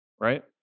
right